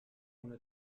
ohne